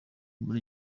muri